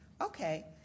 Okay